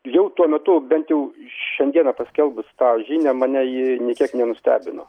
jau tuo metu bent jau šiandieną paskelbus tą žinią mane ji nė kiek nenustebino